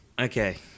Okay